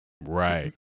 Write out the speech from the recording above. right